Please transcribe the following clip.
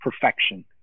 perfection